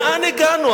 לאן הגענו?